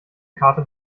karte